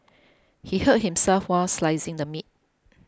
he hurt himself while slicing the meat